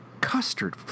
custard